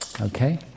Okay